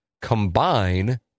combine